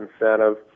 incentive